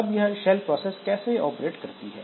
अब यह shell process कैसे ऑपरेट करती है